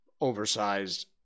oversized